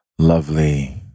Lovely